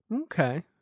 Okay